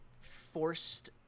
forced